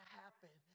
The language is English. happen